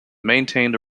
maintained